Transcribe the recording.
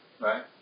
right